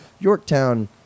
Yorktown